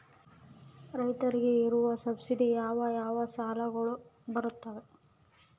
ರೈತರಿಗೆ ಇರುವ ಸಬ್ಸಿಡಿ ಯಾವ ಯಾವ ಸಾಲಗಳು ಬರುತ್ತವೆ?